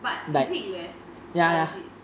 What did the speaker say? but is it U_S or is it